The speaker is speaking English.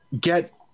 get